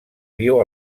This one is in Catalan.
viu